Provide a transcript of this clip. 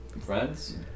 friends